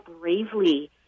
bravely